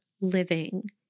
living